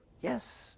Yes